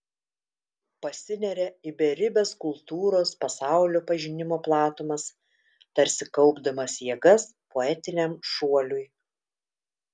pasineria į beribes kultūros pasaulio pažinimo platumas tarsi kaupdamas jėgas poetiniam šuoliui